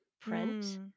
print